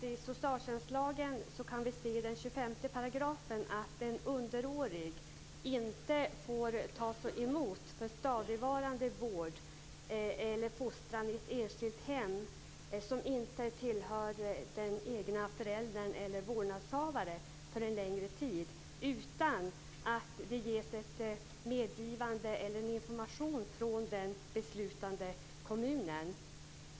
I socialtjänstlagens 25 § kan vi i dag se att en underårig inte får tas emot för stadigvarande vård eller fostran i ett enskilt hem som inte tillhör den egna föräldern eller vårdnadshavaren för en längre tid utan att det ges ett medgivande eller en information från den beslutande kommunen.